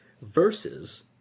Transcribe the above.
Versus